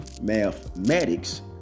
mathematics